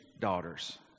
daughters